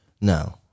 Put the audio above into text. No